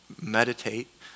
meditate